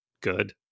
good